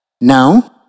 Now